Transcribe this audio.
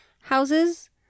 houses